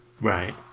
Right